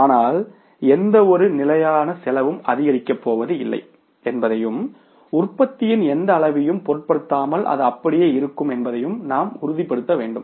ஆனால் எந்தவொரு நிலையான செலவும் அதிகரிக்கப் போவதில்லை என்பதையும் உற்பத்தியின் எந்த அளவையும் பொருட்படுத்தாமல் அது அப்படியே இருக்கும் என்பதையும் நாம் உறுதிப்படுத்த வேண்டும்